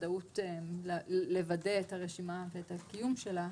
לוודא את הרשימה ואת הקיום שלה,